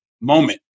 moment